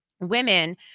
women